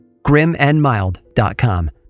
grimandmild.com